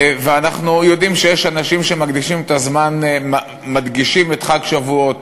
ואנחנו יודעים שיש אנשים שמדגישים את חג השבועות